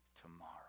tomorrow